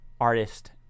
artist